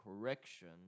correction